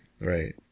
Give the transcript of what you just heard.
right